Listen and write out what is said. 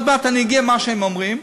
ועוד מעט אני אגיע לְמה שהם אומרים,